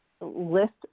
List